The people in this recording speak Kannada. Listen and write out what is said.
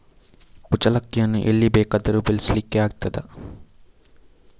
ಕುಚ್ಚಲಕ್ಕಿಯನ್ನು ಎಲ್ಲಿ ಬೇಕಾದರೂ ಬೆಳೆಸ್ಲಿಕ್ಕೆ ಆಗ್ತದ?